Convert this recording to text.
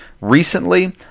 recently